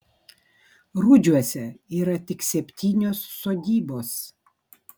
rudžiuose yra tik septynios sodybos